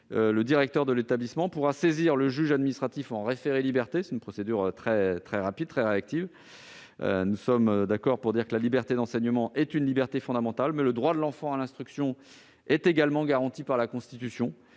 le directeur de l'établissement pourra saisir le juge administratif d'un référé liberté, procédure très rapide et réactive. Certes, la liberté d'enseignement est une liberté fondamentale, mais le droit de l'enfant à l'instruction est également garanti par la Constitution.